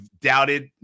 doubted